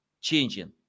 changing